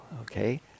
okay